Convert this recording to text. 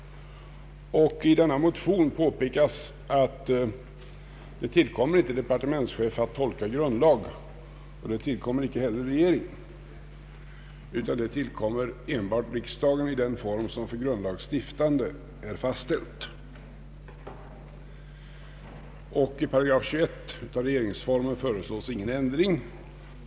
I motionen påpekas att det inte tillkommer departementschef att tolka grundlag, och det tillkommer inte heller regeringen. Det tillkommer ej heller riksdagen utan kan ske blott i den form som för grundlags stiftande är fastställd. I 8 21 regringsformen föreslås ingen ändring.